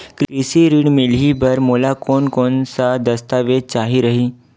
कृषि ऋण मिलही बर मोला कोन कोन स दस्तावेज चाही रही?